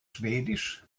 schwedisch